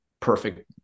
Perfect